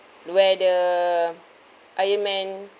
where the iron man